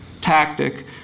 tactic